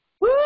Woo